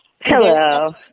Hello